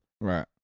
Right